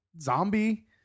zombie